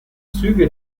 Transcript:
züge